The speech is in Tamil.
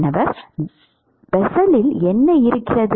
மாணவர் பெசலில் என்ன இருக்கிறது